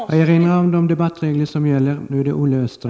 Jag erinrar om de debattregler som gäller.